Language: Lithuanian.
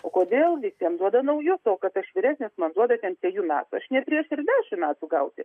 o kodėl visiems duoda naujus o kad aš vyresnis man duoda ten trejų metų aš ne preiš ir dešimt metų gauti